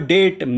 Date